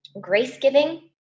grace-giving